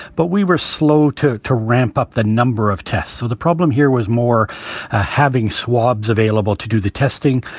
but we were slow to to ramp up the number of tests. so the problem here was more having swabs available to do the testing.